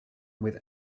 with